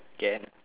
can